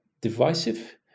divisive